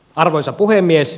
arvoisa puhemies